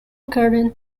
current